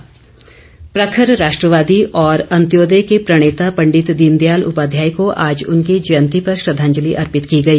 दीनदयाल प्रखर राष्ट्रवादी और अंत्योदय के प्रणेता पंडित दीनदयाल उपाध्याय को आज उनकी जयंती पर श्रद्दांजलि अर्पित की गई